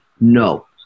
No